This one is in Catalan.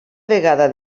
vegada